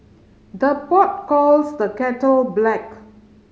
the pot calls the kettle black